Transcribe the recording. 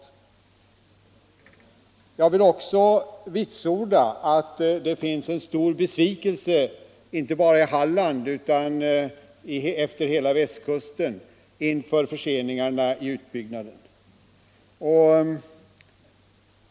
121 Jag vill också vitsorda att det råder stor besvikelse inte bara i Halland utan efter hela västkusten inför förseningarna i utbyggnaden.